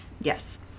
Yes